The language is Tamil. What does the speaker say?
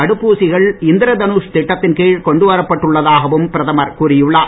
தடுப்பூசிகள் இந்திர தனுஷ் திட்டத்தின் கீழ் கொண்டு வரப்பட்டு உள்ளதாகவும் பிரதமர் கூறியுள்ளார்